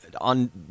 on